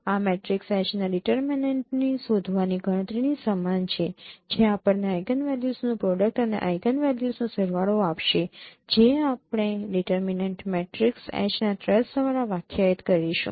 આ matrix H ના ડિટરમીનેન્ટની શોધવાની ગણતરીની સમાન છે જે આપણને આઈગનવેલ્યુસનું પ્રોડક્ટ અને આઈગનવેલ્યુસનો સરવાળો આપશે જે આપણે ડિટરમીનેન્ટ મેટ્રિક્સ H ના ટ્રેસ દ્વારા વ્યાખ્યાયિત કરીશું